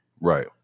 Right